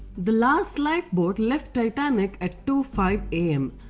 the last lifeboat left titanic at two five am.